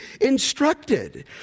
instructed